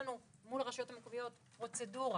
מול הרשויות המקומיות יש לנו פרוצדורה.